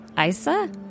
Isa